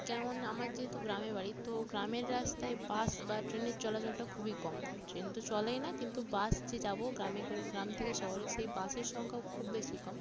যেমন আমার যেহেতু গ্রামে বাড়ি তো গ্রামের রাস্তায় বাস বা ট্রেনের চলাচলটা খুবই কম ট্রেন তো চলেই না কিন্তু বাস যে যাবো গ্রামে করে গ্রাম থেকে শহরে সেই বাসের সংখ্যাও খুব বেশি কম